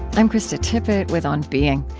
i'm krista tippett with on being.